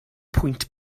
pwynt